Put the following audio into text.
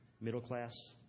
middle-class